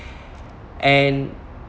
and